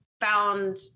found